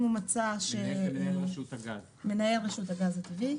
שמנהל רשות הגז הטבעי,